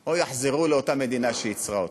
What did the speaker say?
או יחזרו לאותה מדינה שייצרה אותן.